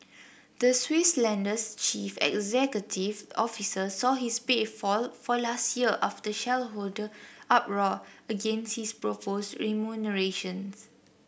the Swiss lender's chief executive officer saw his pay fall for last year after shareholder uproar against his proposed remunerations